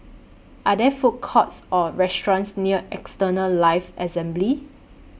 Are There Food Courts Or restaurants near Eternal Life Assembly